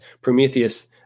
Prometheus